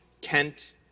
Kent